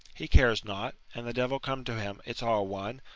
he cares not an the devil come to him, it's all one.